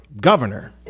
governor